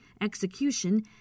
execution